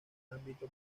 ámbito